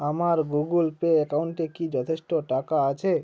আমার Google Pay অ্যাকাউন্টে কি যথেষ্ট টাকা আছে